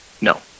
No